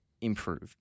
improved